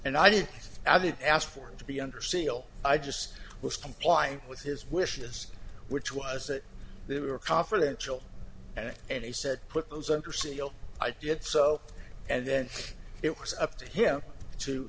and i did i didn't ask for it to be under seal i just was complying with his wishes which was that they were confidential and and he said put those under seal i did so and then it was up to him to